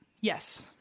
Yes